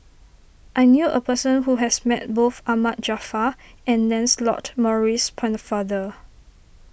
I knew a person who has met both Ahmad Jaafar and Lancelot Maurice Pennefather